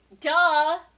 Duh